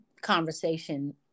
conversation